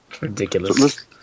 Ridiculous